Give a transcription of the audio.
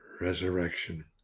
resurrection